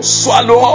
swallow